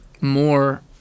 more